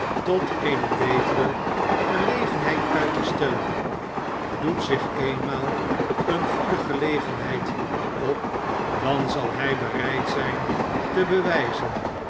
tot eene betere gelegenheid uit te stellen doet zich eenmaal eene goede gelegenheid op dan zal hij bereid zijn te bewijzen